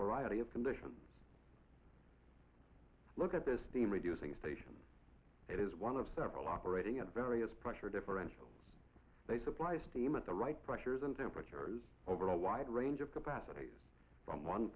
variety of conditions look at this being reducing stations it is one of several operating at various pressure differentials they supply steam at the right pressures and temperatures over a wide range of capacities from one